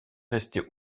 resté